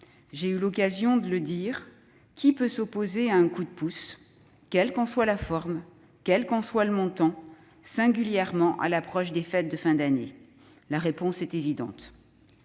acte. Néanmoins, qui peut s'opposer à un coup de pouce, quelle qu'en soit la forme, quel qu'en soit le montant, singulièrement à l'approche des fêtes de fin d'année ? La réponse est évidente